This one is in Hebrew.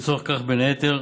לצורך זה, בין היתר,